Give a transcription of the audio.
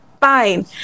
fine